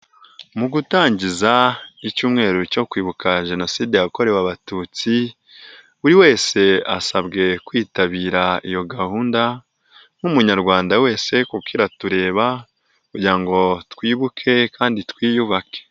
Mu gutangiza icyumweru cyo kwibuka Jenoside yakorewe Abatutsi, buri wese asabwe kwitabira iyo gahunda nk'umunyarwanda wese, kuko iratureba kugira ngo twibuke kandi twiyubake.